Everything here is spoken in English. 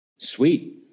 Sweet